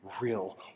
real